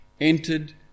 entered